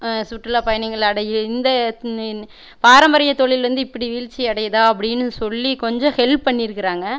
சுற்றுலாப் பயணிகளடையும் இந்த பரம்பரியத் தொழில் வந்து இப்டி வீழ்ச்சியடையுதா அப்படினு சொல்லி கொஞ்சம் ஹெல்ப் பண்ணியிருக்கறாங்க